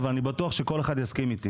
אבל אני בטוח שכל אחד יסכים אתי